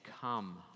come